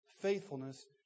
faithfulness